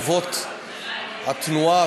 אבות התנועה,